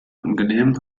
angenehm